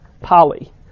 poly